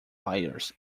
byers